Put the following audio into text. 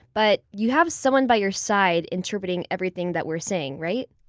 but you have someone by your side interpreting every thing that we're saying, right?